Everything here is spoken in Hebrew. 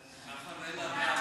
נתקבלה.